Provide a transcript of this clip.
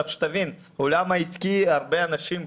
תבין שבעולם העסקי הרבה אנשים,